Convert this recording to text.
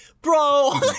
bro